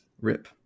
Rip